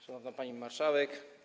Szanowna Pani Marszałek!